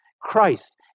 Christ